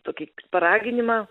tokį paraginimą